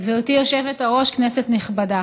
גברתי היושבת-ראש, כנסת נכבדה,